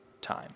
time